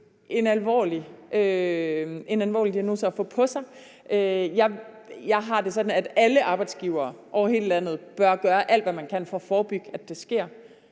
en alvorlig hændelse at komme ud for. Jeg har det sådan, at alle arbejdsgivere over hele landet bør gøre alt, hvad man kan, for at forebygge, at det sker.